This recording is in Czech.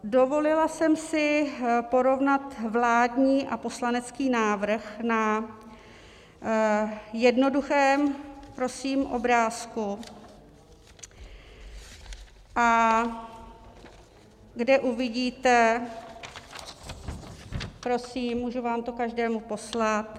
Dovolila jsem si porovnat vládní a poslanecký návrh na jednoduchém prosím obrázku, kde uvidíte... prosím, můžu vám to každému poslat.